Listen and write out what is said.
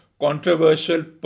controversial